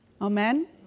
Amen